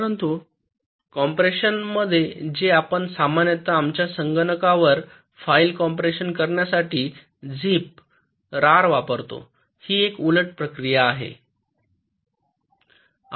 परंतु कॉम्प्रेशनमध्ये जे आपण सामान्यत आमच्या संगणकावर फाईल कॉम्प्रेश करण्यासाठी झिप रार वापरतो ही एक उलट प्रक्रिया आहे